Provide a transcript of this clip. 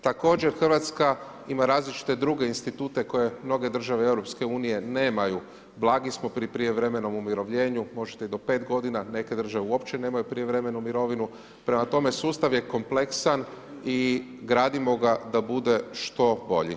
Također Hrvatska ima različite druge institute koje mnoge države EU nemaju, blagi smo pri prijevremenom umirovljenju, možete i do 5 godina, neke države uopće nemaju prijevremenu mirovinu, prema tome sustav je kompleksan i gradimo ga da bude što bolji.